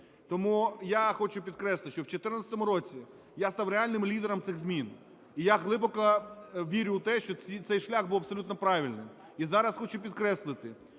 Тому я хочу підкреслити, що в 14-му році я став реальним лідером цих змін, і я глибоко вірю в те, що цей шлях був абсолютно правильним. І зараз хочу підкреслити,